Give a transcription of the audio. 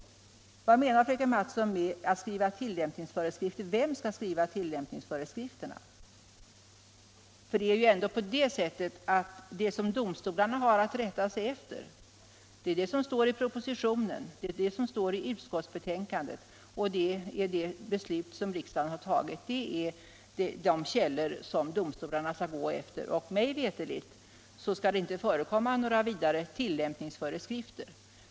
Vad menar fröken Mattson med att det skall skrivas tillämpningsföreskrifter? Vem skall skriva dessa? Det som domstolarna har att rätta sig efter är det som står i propositionen, i utskottsbetänkandet och i det beslut som riksdagen har fattat. Det är de källorna som domstolarna skall gå efter. Mig veterligt skall det inte förekomma några tillämpningsföreskrifter.